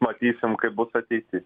matysim kaip bus ateity